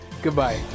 Goodbye